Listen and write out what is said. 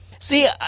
See